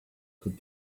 could